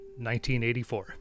1984